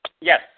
Yes